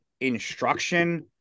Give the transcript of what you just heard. instruction